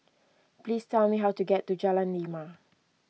please tell me how to get to Jalan Lima